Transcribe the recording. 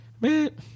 Man